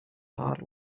heart